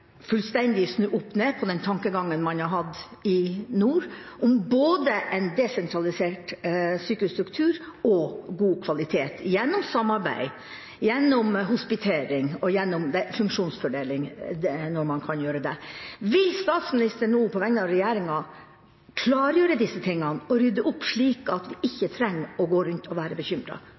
snu fullstendig opp ned på den tankegangen man har hatt i nord om både en desentralisert sykehusstruktur og god kvalitet – gjennom samarbeid, gjennom hospitering og gjennom funksjonsfordeling kan man få til det. Vil statsministeren nå, på vegne av regjeringen, klargjøre dette og rydde opp, slik at vi ikke trenger å gå rundt og være